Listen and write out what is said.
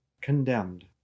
condemned